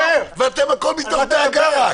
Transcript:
והכול רק מתוך דאגה.